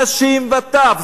נשים וטף,